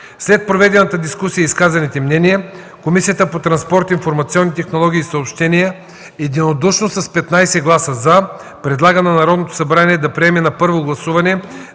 След проведената дискусия и изказаните мнения, Комисията по транспорт, информационни технологии и съобщения, единодушно с 15 гласа „за” предлага на Народното събрание да приеме на първо гласуване